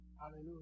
Hallelujah